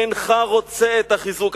אינך רוצה את החיזוק.